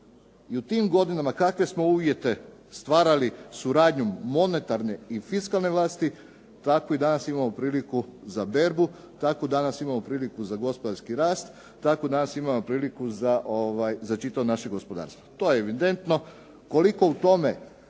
I u tim godinama kakve smo uvjete stvarali suradnjom monetarne i fiskalne vlasti, tako i danas imamo priliku za berbu, tako danas imamo priliku za gospodarski rast, tako danas imamo priliku za čitavo naše gospodarstvo. To je evidentno. Koliko u tome